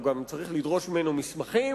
הוא גם צריך לדרוש ממנו מסמכים.